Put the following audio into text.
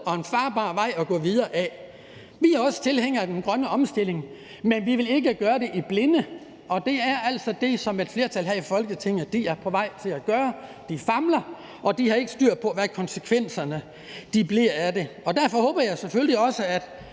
er en farbar vej at gå videre ad. Vi er også tilhængere af den grønne omstilling, men vi vil ikke lave den i blinde, og det er altså det, som et flertal her i Folketinget er på vej til at gøre. De famler, og de har ikke styr på, hvad konsekvenserne af det bliver. Derfor håber jeg selvfølgelig også,